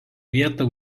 vietą